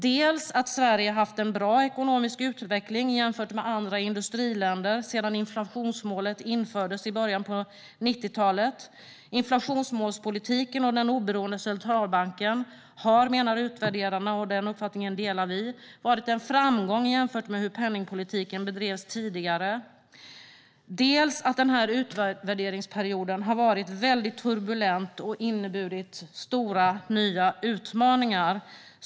Det ena är att Sverige haft en bra ekonomisk utveckling jämfört med andra industriländer sedan inflationsmålet infördes i början av 1990-talet. Inflationsmålspolitiken och den oberoende centralbanken har, menar utvärderarna, varit en framgång jämfört med hur penningpolitiken bedrevs tidigare. Den uppfattningen delar vi. Det andra är att den här utvärderingsperioden har varit väldigt turbulent och inneburit stora nya utmaningar.